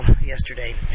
yesterday